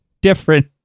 different